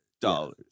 dollars